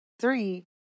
three